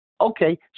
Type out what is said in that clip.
Okay